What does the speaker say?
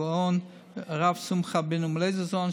הגאון הרב שמחה בונם לייזרזון,